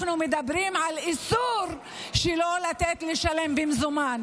אנחנו מדברים על איסור שלא לתת לשלם במזומן.